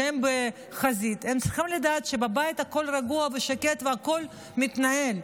שכרגע הם בחזית צריכים לדעת שבבית הכול רגוע ושקט והכול מתנהל.